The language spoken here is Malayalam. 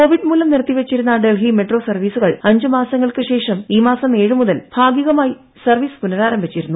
കോവിഡ് മൂലം നിർത്തി വച്ചിരുന്ന ഡൽഹി മെട്രോ സർവീസുകൾ അഞ്ച് മാസങ്ങൾക്ക് ശേഷം ഈ മാസം ഏഴ് മുതൽ ഭാഗികമായി സർവ്വീസ് പുനരാരംഭിച്ചിരുന്നു